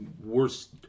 worst